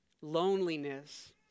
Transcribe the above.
loneliness